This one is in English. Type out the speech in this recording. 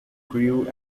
crew